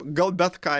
gal bet ką